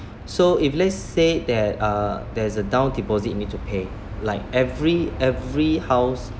so if let's say that uh there's a down deposit you need to pay like every every house